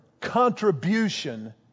contribution